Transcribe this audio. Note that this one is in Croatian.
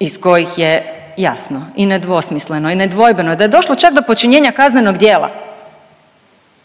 iz kojih je jasno i nedvosmisleno i nedvojbeno da je došlo čak do počinjenja kaznenog djela